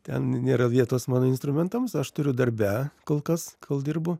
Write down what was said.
ten nėra vietos mano instrumentams aš turiu darbe kol kas kol dirbu